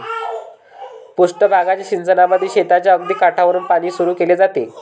पृष्ठ भागाच्या सिंचनामध्ये शेताच्या अगदी काठावरुन पाणी सुरू केले जाते